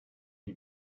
die